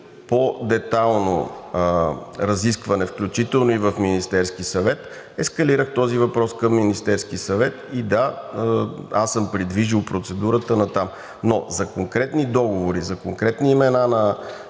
по-детайлно разискване, включително и в Министерския съвет, ескалирах този въпрос към Министерския съвет и да, аз съм придвижил процедурата натам. За конкретни договори, за конкретни имена на